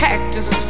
Cactus